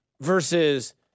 versus